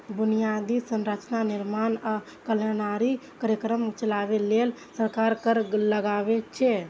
बुनियादी संरचनाक निर्माण आ कल्याणकारी कार्यक्रम चलाबै लेल सरकार कर लगाबै छै